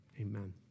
Amen